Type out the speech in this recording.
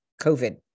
COVID